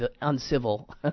uncivil